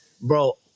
bro